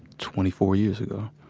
twenty four years ago.